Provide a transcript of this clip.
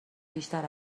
بیشتر